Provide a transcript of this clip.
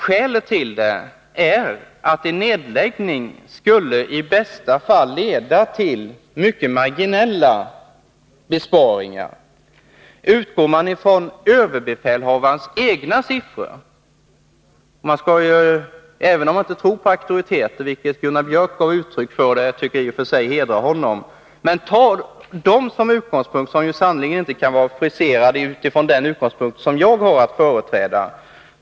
Skälet är att en nedläggning i bästa fall skulle leda till mycket marginella besparingar. Även om man inte tror på auktoriteter — Gunnar Björk gav uttryck för detta, vilket jag tycker i och för sig hedrar honom — kan man utgå från överbefälhavarens egna siffror. De kan sannerligen inte vara friserade efter den utgångspunkt som jag har att företräda.